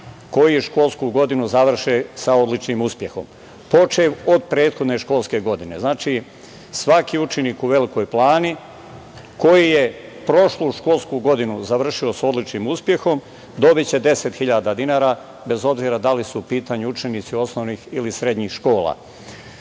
koji školsku godinu završe sa odličnim uspehom, počev od prethodne školske godine. Znači, svaki učenik u Velikoj Plani koji je prošlu školsku godinu završio sa odličnim uspehom dobiće 10.000 dinara, bez obzira da li su u pitanju učenici osnovnih ili srednjih škola. Prošle